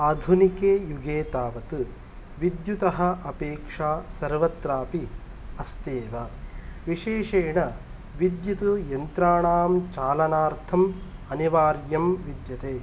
आधुनिके युगे तावत् विद्युतः अपेक्षा सर्वत्रापि अस्ति एव विशेषेण विद्युत् यन्त्राणां चालनार्थम् अनिवार्यं विद्यते